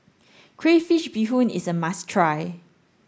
Crayfish beehoon is a must try